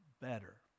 better